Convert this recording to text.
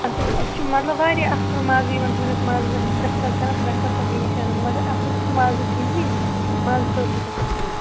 اَتھ اسہِ چھِ مطلب وارِیاہ اصٕل مَزٕ یِوان تُہنٛدِس مازس أسۍ چھِ پرٮ۪تھ ساتہٕ کَران پرٛیٚفر تۄہے نِش اَنُن مگر اَتھ اوس نہٕ مَزٕ کِہیٖنۍ مَزٕ تہِ اوس نہٕ تَتھ کِہیٖنۍ